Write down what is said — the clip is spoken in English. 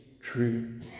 true